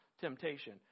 temptation